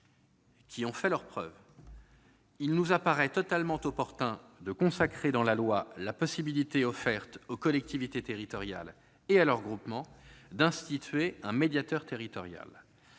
elle a fait ses preuves -, il nous apparaît totalement opportun de consacrer dans la loi la possibilité offerte aux collectivités territoriales et à leurs groupements d'instituer un médiateur territorial.